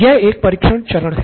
यह परीक्षण चरण है